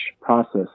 process